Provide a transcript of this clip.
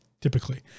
typically